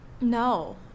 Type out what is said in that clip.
No